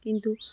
কিন্তু